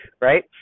right